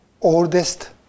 oldest